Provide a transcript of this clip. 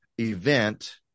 event